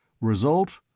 Result